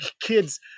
kids